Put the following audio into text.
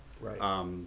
Right